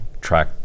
track